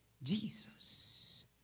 Jesus